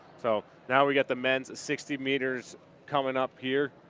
so now we've got the men's sixty meters coming up here,